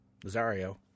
Lazario